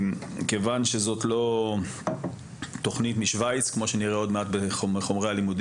מכיוון שזאת לא תוכנית משוויץ כפי שנראה עוד מעט בחומרי הלימוד